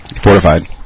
Fortified